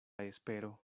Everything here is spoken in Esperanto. espero